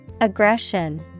Aggression